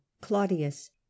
claudius